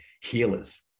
healers